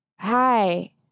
Hi